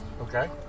Okay